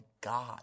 God